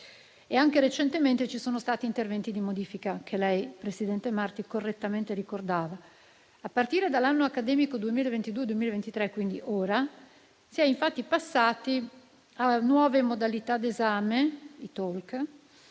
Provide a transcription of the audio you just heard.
e anche recentemente vi sono stati interventi di modifica, che lei, presidente Marti, correttamente ricordava. A partire dall'anno accademico 2022-2023, quindi ora, si è passati a nuove modalità di esame (TOLC),